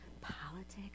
politics